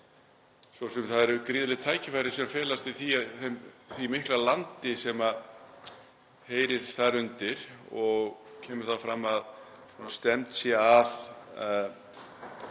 því að það eru gríðarleg tækifæri sem felast í því mikla landi sem heyrir þar undir. Kemur fram að stefnt sé að